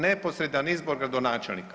Neposredan izbor gradonačelnika.